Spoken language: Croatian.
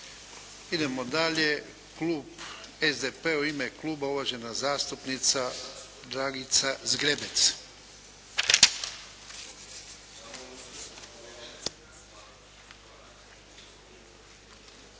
Idemo dalje. Klub SDP-a. U ime kluba uvažena zastupnica Dragica Zgrebec.